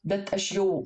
bet aš jau